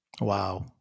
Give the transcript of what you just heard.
Wow